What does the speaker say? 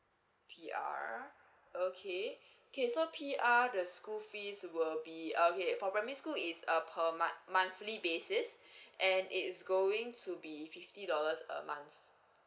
P_R okay okay so P_R the school fees will be okay for primary school is uh per month monthly basis and it is going to be fifty dollars a month